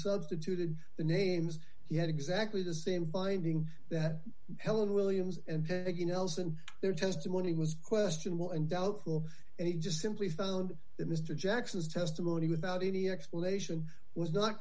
substituted the names he had exactly the same finding that helen williams and peggy nelson their testimony was questionable and doubtful and he just simply found that mr jackson's testimony without any explanation was not